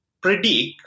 predict